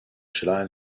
should